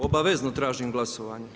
Obavezno tražim glasovanje.